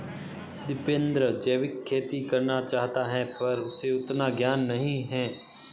टिपेंद्र जैविक खेती करना चाहता है पर उसे उतना ज्ञान नही है